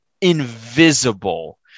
invisible